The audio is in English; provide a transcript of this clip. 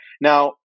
now